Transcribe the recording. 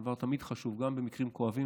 הדבר תמיד חשוב גם במקרים כואבים,